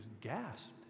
gasped